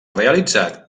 realitzat